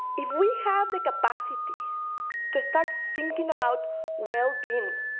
if we have the capacity to start thinking about well-being,